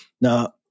Now